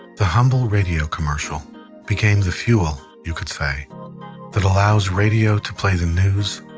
the humble radio commercial became the fuel, you could say that allows radio to play the news,